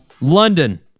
London